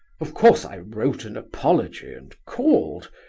of course i wrote an apology, and called,